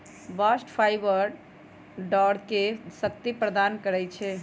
bast fibre डांरके शक्ति प्रदान करइ छै